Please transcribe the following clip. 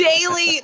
Daily